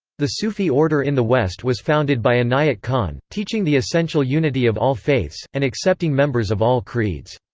the sufi order in the west was founded by inayat khan, teaching the essential unity of all faiths, and accepting members of all creeds.